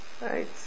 Right